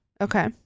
Okay